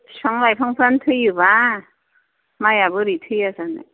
बिफां लाइफांफ्रानो थैयोब्ला माइआ बोरै थैया जानो